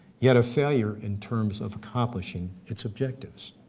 yet a failure in terms of accomplishing its objectives.